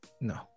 No